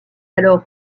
alors